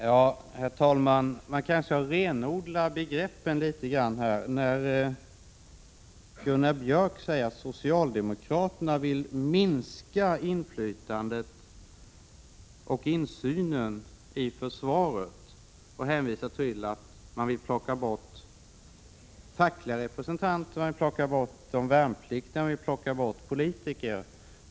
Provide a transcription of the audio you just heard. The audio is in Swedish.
Herr talman! Man kanske renodlar begreppen litet grand. Gunnar Björk i Gävle säger att socialdemokraterna vill minska inflytandet på och insynen i försvaret. Han hänvisar då till att socialdemokraterna vill ta bort fackliga och värnpliktiga representanter samt politiker.